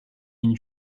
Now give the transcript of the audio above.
une